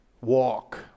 walk